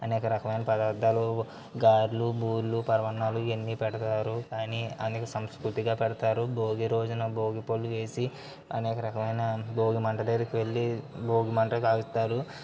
అనేక రకమైన పదార్థాలు గారెలు బూరెలు పరమానాలు ఇవన్ని పెడతారు కానీ అనేక సంస్కృతిగా పెడతారు భోగి రోజున భోగి పళ్ళు వేసి అనేక రకమైన భోగి మంట దగ్గరికి వెళ్ళి భోగి మంట కాలుస్తారు